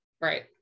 right